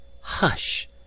hush